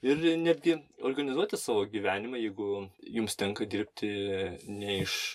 ir netgi organizuoti savo gyvenimą jėgų jums tenka dirbti ne iš